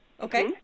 Okay